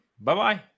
bye-bye